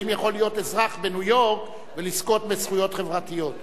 האם יכול להיות אזרח בניו-יורק ולזכות בזכויות חברתיות?